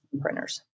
printers